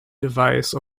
device